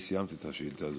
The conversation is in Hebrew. אני סיימתי את השאילתה הזאת.